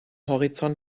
horizont